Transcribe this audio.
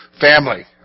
Family